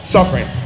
Suffering